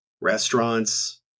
restaurants